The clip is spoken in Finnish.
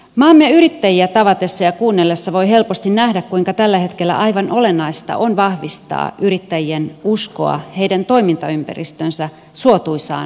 maamme yrittäjiä tavatessa ja kuunnellessa voi helposti nähdä kuinka tällä hetkellä aivan olennaista on vahvistaa yrittäjien uskoa heidän toimintaympäristönsä suotuisaan kehitykseen